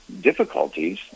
difficulties